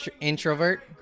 introvert